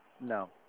No